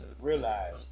realize